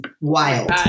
Wild